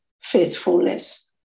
faithfulness